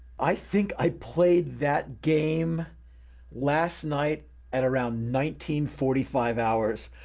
i think i played that game last night at around nineteen forty five hours.